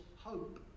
hope